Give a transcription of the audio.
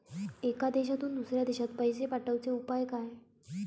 एका देशातून दुसऱ्या देशात पैसे पाठवचे उपाय काय?